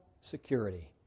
security